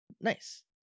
Nice